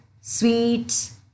sweets